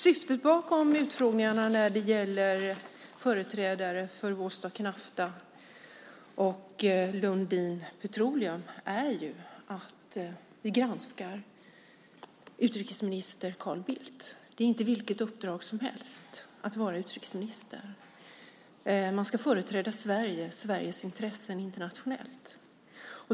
Syftet bakom utfrågningarna när det gäller företrädare för Vostok Nafta och Lundin Petroleum är att granska utrikesminister Carl Bildt. Det är inte vilket uppdrag som helst att vara utrikesminister. Man ska företräda Sverige och Sveriges intressen internationellt.